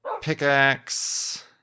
pickaxe